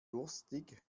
durstig